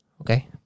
Okay